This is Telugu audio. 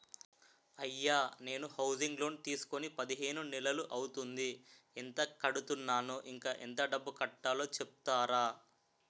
అయ్యా నేను హౌసింగ్ లోన్ తీసుకొని పదిహేను నెలలు అవుతోందిఎంత కడుతున్నాను, ఇంకా ఎంత డబ్బు కట్టలో చెప్తారా?